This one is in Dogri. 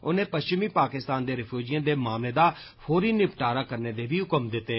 उनें पष्चमी पाकिस्तान दे रिफ्यूजियें दे मामले दा फौरी निपटारा करने दे बी हुक्म दित्ते